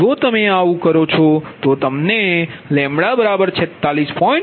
જો તમે આવું કરો છો તો તમને 46